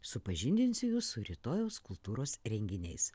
supažindinsiu jus su rytojaus kultūros renginiais